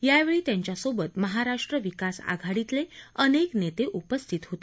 यावेळी त्यांच्यासोबत महाराष्ट्रविकास आघाडीतले अनेक नेते उपस्थित होते